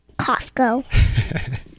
Costco